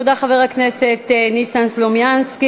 תודה, חבר הכנסת ניסן סלומינסקי.